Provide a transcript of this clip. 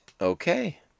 okay